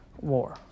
War